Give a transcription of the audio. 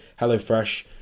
HelloFresh